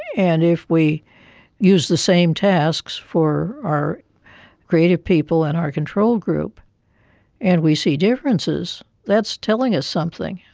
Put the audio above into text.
and if we use the same tasks for our creative people and our control group and we see differences, that's telling us something.